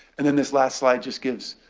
and then this last slide just gives